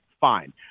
fine